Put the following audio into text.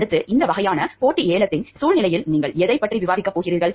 அடுத்து இந்த வகையான போட்டி ஏலத்தின் சூழ்நிலையில் நீங்கள் எதைப் பற்றி விவாதிக்கப் போகிறீர்கள்